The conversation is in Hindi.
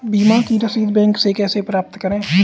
बीमा की रसीद बैंक से कैसे प्राप्त करें?